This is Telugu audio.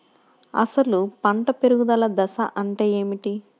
అసలు పంట పెరుగుదల దశ అంటే ఏమిటి?